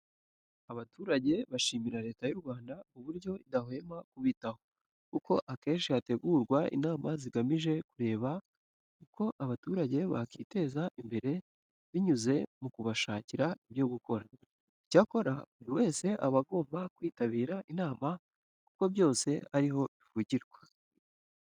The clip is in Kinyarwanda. Abaturage bashimira Leta y'u Rwanda uburyo idahwema kubitaho, kuko akenshi hategurwa inama zigamije kureba uko abaturage bakiteza imbere binyuze mu kubashakira ibyo gukora. Icyakora buri wese aba agomba kwitabira inama kuko byose ari ho bivugirwa.